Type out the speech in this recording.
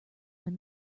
when